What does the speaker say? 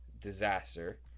disaster